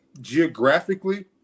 geographically